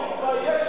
נא לסיים.